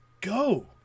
go